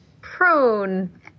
prone